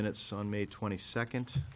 minutes son may twenty second